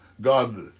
God